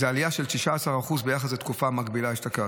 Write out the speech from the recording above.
זו עלייה של 19% ביחס לתקופה המקבילה אשתקד,